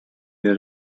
wir